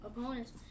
opponents